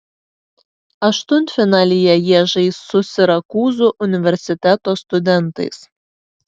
aštuntfinalyje jie žais su sirakūzų universiteto studentais